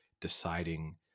deciding